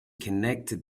connected